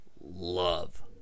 love